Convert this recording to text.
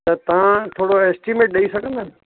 त तव्हां थोरो एस्टीमेट ॾेई सघंदा